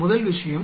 முதல் விஷயம்